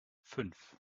fünf